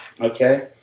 okay